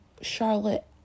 Charlotte